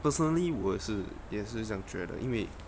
personally 我也是也是会这样觉得